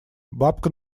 бабка